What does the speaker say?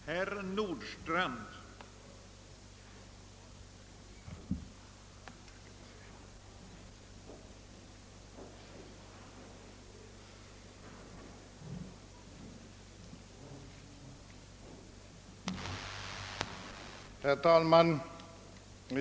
Herr talman!